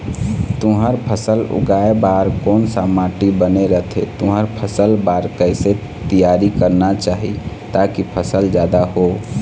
तुंहर फसल उगाए बार कोन सा माटी बने रथे तुंहर फसल बार कैसे तियारी करना चाही ताकि फसल जादा हो?